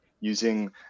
using